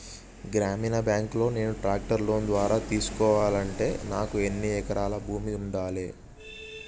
గ్రామీణ బ్యాంక్ లో నేను ట్రాక్టర్ను లోన్ ద్వారా తీసుకోవాలంటే నాకు ఎన్ని ఎకరాల భూమి ఉండాలే?